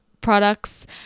products